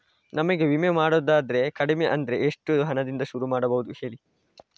ನಮಗೆ ವಿಮೆ ಮಾಡೋದಾದ್ರೆ ಕಡಿಮೆ ಅಂದ್ರೆ ಎಷ್ಟು ಹಣದಿಂದ ಶುರು ಮಾಡಬಹುದು ಹೇಳಿ